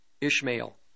Ishmael